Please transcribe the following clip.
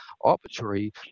arbitrary